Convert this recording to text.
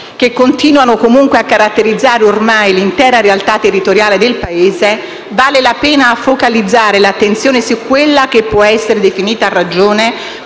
che continuano comunque a caratterizzare ormai l'intera realtà territoriale del Paese, vale la pena focalizzare l'attenzione su quello che può essere definito, a ragione,